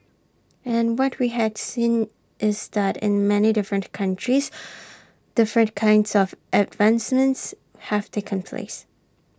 and what we had seen is that in many different countries different kinds of advancements have taken place